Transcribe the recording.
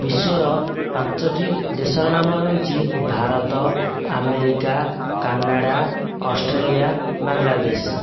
ବିଶ୍ୱର ପାଞ୍ଚୋଟି ଦେଶର ନାମ ହେଉଛି Bharat America Canada Australia Bangladesh